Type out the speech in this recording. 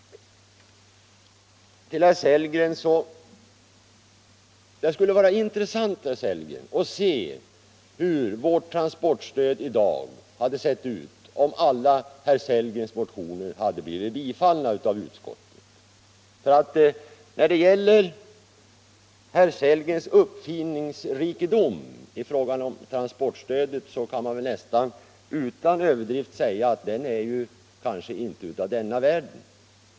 Till herr Sellgren vill jag säga att det skulle vara intressant att veta hur transportstödet i dag skulle ha sett ut om alla herr Sellgrens motioner hade bifallits. Om herr Sellgrens uppfinningsrikedom när det gäller transportstödet kan man utan överdrift säga att den inte är av denna världen.